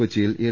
കൊച്ചിയിൽ എൽ